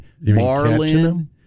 marlin